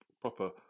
proper